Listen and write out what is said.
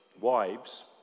wives